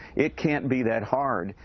it can't be that hard.